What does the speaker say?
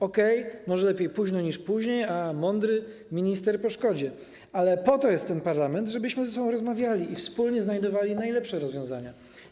Okej, może lepiej późno niż później, a mądry minister po szkodzie, ale po to jest ten parlament, żebyśmy ze sobą rozmawiali i wspólnie znajdowali najlepsze rozwiązania.